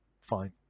fine